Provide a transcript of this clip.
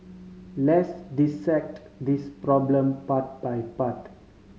let's dissect this problem part by part